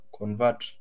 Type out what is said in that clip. convert